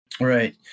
Right